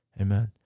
Amen